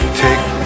take